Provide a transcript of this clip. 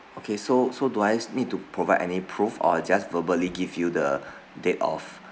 okay so so do I s~ need to provide any proof or I just verbally give you the date of